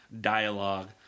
dialogue